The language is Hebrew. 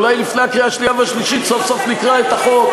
אולי לפני הקריאה השנייה והשלישית סוף-סוף נקרא את החוק.